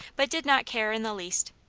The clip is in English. but did not care in the least,